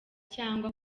cyangwa